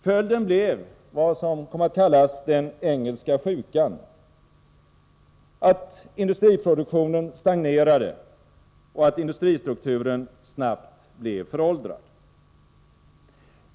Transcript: Följden blev något som kom att kallas för den engelska sjukan: industriproduktionen stagnerade och industristrukturen blev snabbt föråldrad.